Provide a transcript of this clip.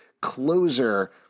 closer